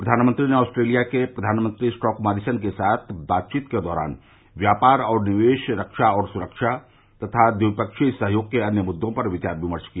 प्रधानमंत्री ने ऑस्ट्रेलिया के प्रधानमंत्री स्कॉट मॉरिसन के साथ बातचीत के दौरान व्यापार और निवेश रक्वा और सुरक्वा तथा ट्विपक्षीय सहयोग के अन्य मृद्दों पर विचार विमर्श किया